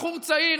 בחור צעיר,